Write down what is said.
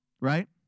Right